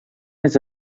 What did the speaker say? més